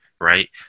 right